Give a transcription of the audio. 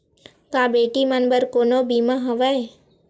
का बेटी मन बर कोनो बीमा हवय?